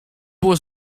było